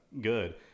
good